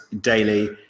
daily